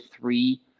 three